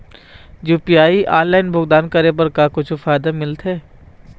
UPI online भुगतान करे बर का कुछू फायदा मिलथे?